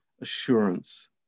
assurance